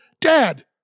dad